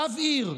רב עיר,